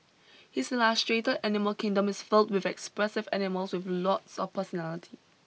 his illustrated animal kingdom is filled with expressive animals with lots of personality